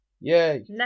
Yay